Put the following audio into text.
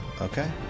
Okay